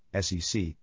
SEC